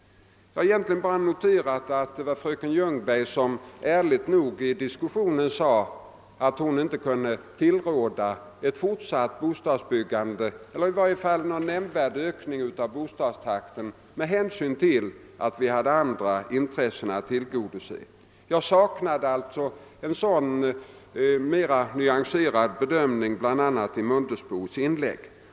Jag har noterat att fröken Ljungberg ärligt nog i diskussionen här sade, att hon inte kunde tillråda ett fortsatt bostadsbyggande eller i varje fall inte någon nämnvärd ökning av takten i bostadsbyggandet med hänsyn till att vi även hade andra intressen att tillgodose. Jag saknade däremot en sådan mera nyanserad bedömning i bl.a. herr Mundebos inlägg.